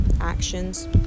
actions